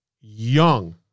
Young